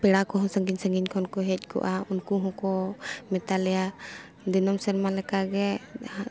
ᱯᱮᱲᱟ ᱠᱚᱦᱚᱸ ᱥᱟᱺᱜᱤᱧ ᱥᱟᱺᱜᱤᱧ ᱠᱷᱚᱱ ᱠᱚ ᱦᱮᱡ ᱠᱚᱜᱼᱟ ᱩᱱᱠᱩ ᱦᱚᱸᱠᱚ ᱢᱮᱛᱟ ᱞᱮᱭᱟ ᱫᱤᱱᱟᱹᱢ ᱥᱮᱨᱢᱟ ᱞᱮᱠᱟᱜᱮ